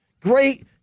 Great